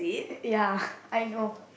ya I know